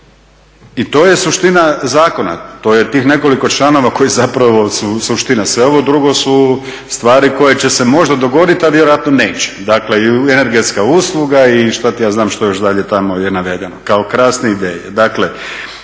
I to je suština zakona, to je tih nekoliko članova koji zapravo su suština. Sve ovo drugo su stvari koje će se možda dogoditi, ali vjerojatno neće. Dakle i energetska usluga i šta ti ja znam što još dalje tamo je navedeno kao krasne ideje. Dakle,